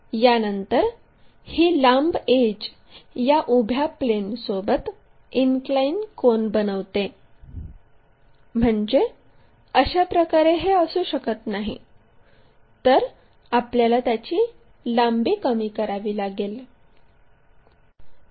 यानंतर ही लांब एड्ज या उभ्या प्लेनसोबत इनक्लाइन कोन बनवते म्हणजे अशा प्रकारे हे असू शकत नाही तर आपल्याला त्याची लांबी कमी करावी लागेल